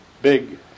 Big